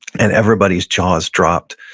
and everybody's jaws dropped.